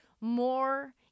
more